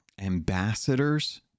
ambassadors